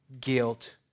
guilt